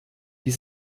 die